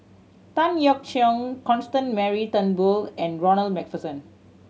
Tan Yeok Seong Constance Mary Turnbull and Ronald Macpherson